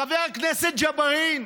חבר הכנסת ג'בארין,